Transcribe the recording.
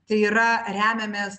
tai yra remiamės